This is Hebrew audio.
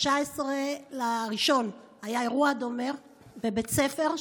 ב-19 בינואר היה אירוע דומה בבית ספר,